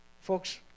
Folks